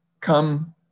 come